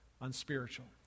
Unspiritual